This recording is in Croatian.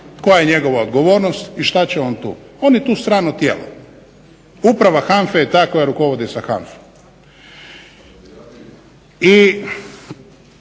koja je njegova odgovornost i šta će on tu. On je tu strano tijelo. Uprava HANFA-e je ta koja rukovodi sa HANFA-om. I